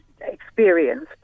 experience